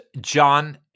John